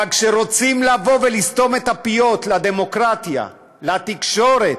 כשרוצים לבוא ולסתום את הפיות לדמוקרטיה, לתקשורת,